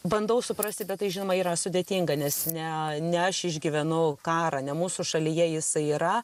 bandau suprasti bet tai žinoma yra sudėtinga nes ne ne aš išgyvenu karą ne mūsų šalyje jisai yra